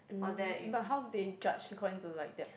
mm but how they judge according to like that